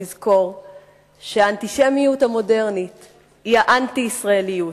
לזכור שהאנטישמיות המודרנית היא האנטי-ישראליות.